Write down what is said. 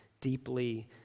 deeply